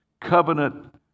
covenant